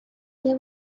they